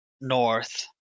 north